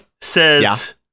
says